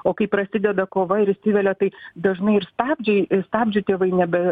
o kai prasideda kova ir įsivelia tai dažnai ir stabdžiai stabdžių tėvai nebe